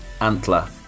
Antler